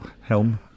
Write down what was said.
Helm